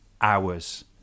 hours